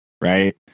right